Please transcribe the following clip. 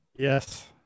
Yes